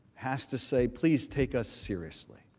has to say please take a seriously.